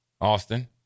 Austin